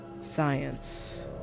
science